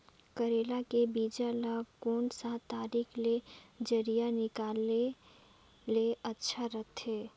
करेला के बीजा ला कोन सा तरीका ले जरिया निकाले ले अच्छा रथे?